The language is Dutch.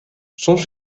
soms